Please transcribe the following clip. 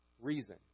reason